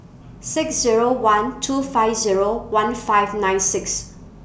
six Zero one two five Zero one five nine six